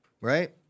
Right